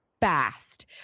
fast